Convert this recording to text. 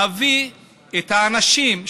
להביא את האנשים,